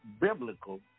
biblical